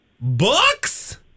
Books